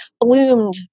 bloomed